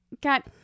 got